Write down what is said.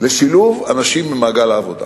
לשילוב אנשים במעגל העבודה,